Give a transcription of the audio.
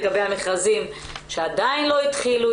לגבי המכרזים שעדיין לא התחילו.